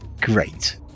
Great